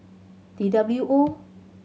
T W O